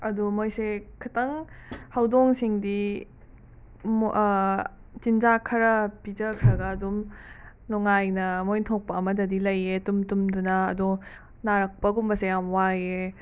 ꯑꯗꯣ ꯃꯣꯏꯁꯦ ꯈꯤꯇꯪ ꯍꯧꯗꯣꯡꯁꯤꯡꯗꯤ ꯃꯣ ꯆꯤꯟꯖꯥꯛ ꯈꯔ ꯄꯤꯖꯈ꯭ꯔꯒ ꯑꯗꯨꯝ ꯅꯨꯡꯉꯥꯏꯅ ꯃꯣꯏ ꯊꯣꯛꯄ ꯑꯃꯗꯗꯤ ꯂꯩꯌꯦ ꯇꯨꯝ ꯇꯨꯝꯗꯨꯅ ꯑꯗꯣ ꯅꯥꯔꯛꯄꯒꯨꯝꯕꯁꯦ ꯌꯥꯝ ꯋꯥꯏꯌꯦ